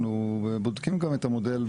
אנחנו בודקים גם את המודל.